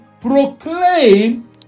proclaim